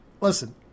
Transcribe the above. listen